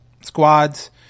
squads